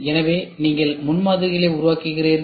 எனவே நீங்கள் முன்மாதிரிகளை உருவாக்குகிறீர்கள்